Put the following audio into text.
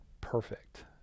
perfect